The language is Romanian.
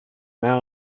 mea